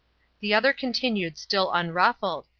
the other continued still unruffled,